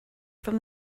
from